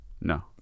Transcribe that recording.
No